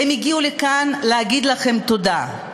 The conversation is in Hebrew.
והם הגיעו לכאן להגיד לכם תודה.